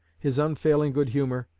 his unfailing good humor,